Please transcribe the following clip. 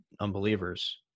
unbelievers